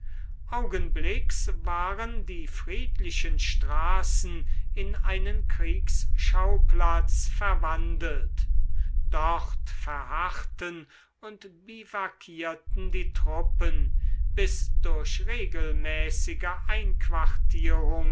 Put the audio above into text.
augenblicks waren die friedlichen straßen in einen kriegsschauplatz verwandelt dort verharrten und biwakierten die truppen bis durch regelmäßige einquartierung